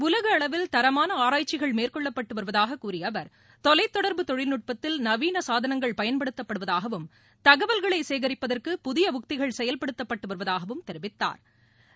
உலக அளவில் தரமாள ஆராய்ச்சிகள் மேற்கொள்ளப்பட்டு வருவதாகக் கூறிய அவர் தொலைத்தொடா்பு தொழில்நுட்பத்தில் நவீன சாதனங்கள் பயன்படுத்தப்படுவதாகவும் தகவல்களை சேகிப்பதற்கு புதிய உத்திகள் செயல்படுத்தப்பட்டு வருவதாகவும் தெரிவித்தாா்